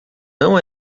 não